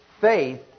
faith